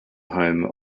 home